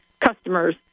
customers